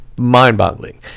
Mind-boggling